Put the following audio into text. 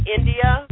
India